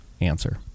answer